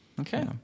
Okay